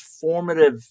formative